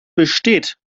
besteht